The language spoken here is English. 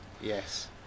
Yes